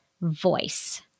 voice